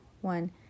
one